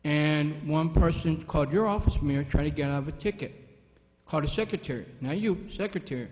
and one person called your office mayor try to get out of a ticket card a secretary now you secretary